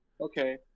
okay